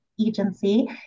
agency